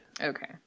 Okay